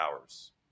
hours